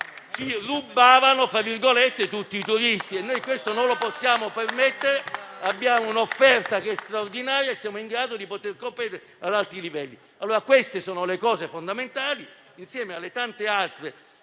"rubato" tutti i turisti, e questo non lo possiamo permettere. Abbiamo un'offerta straordinaria e siamo in grado di competere ad alti livelli. Queste sono le questioni fondamentali, insieme alle tante altre